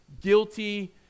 guilty